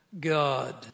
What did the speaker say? God